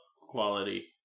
quality